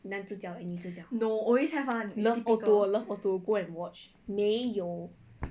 男主角 and 女主角 love O two O love O two O go and watch 没有